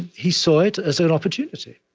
he saw it as an opportunity.